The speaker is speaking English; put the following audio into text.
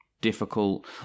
difficult